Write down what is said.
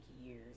years